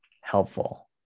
helpful